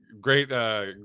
great